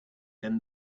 then